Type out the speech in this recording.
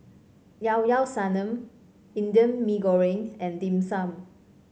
Llao Llao Sanum Indian Mee Goreng and Dim Sum